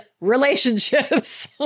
relationships